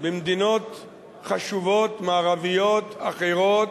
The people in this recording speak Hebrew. במדינות חשובות מערביות אחרות,